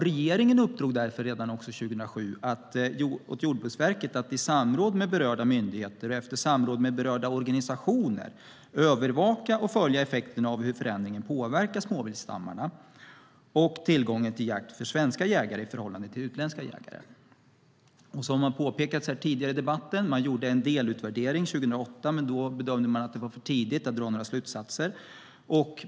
Regeringen uppdrog därför redan 2007 åt Jordbruksverket att i samråd med berörda myndigheter och organisationer övervaka och följa effekterna av hur förändringen påverkar småviltsstammarna och tillgången till jakt för svenska jägare i förhållande till utländska jägare. Som har påpekats tidigare i debatten: Man gjorde en delutvärdering 2008, men då bedömde man att det var för tidigt att dra några slutsatser.